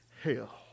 hell